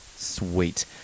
Sweet